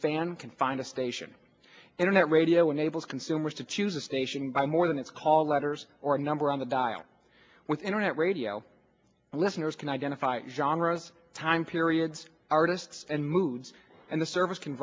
fan can find a station internet radio enables consumers to choose a station by more than its call letters or a number on the dial with internet radio listeners can identify john rose time periods artists and moods and the service can